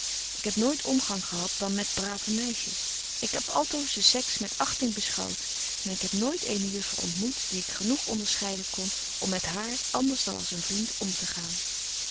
ik heb nooit omgang gehad dan met brave meisjes ik heb altoos de sex met achting beschouwt maar ik heb nooit eene juffer ontmoet die ik genoeg onderscheiden kon om met haar anders dan als een vriend omtegaan